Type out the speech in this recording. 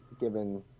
given